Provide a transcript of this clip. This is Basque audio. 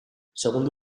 segundo